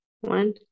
one